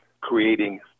creating